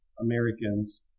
Americans